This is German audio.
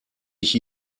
ich